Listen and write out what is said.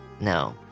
no